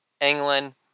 England